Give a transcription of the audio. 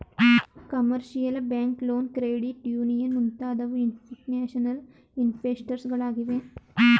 commercial bank loan, credit union ಮುಂತಾದವು institutional investors ಗಳಾಗಿವೆ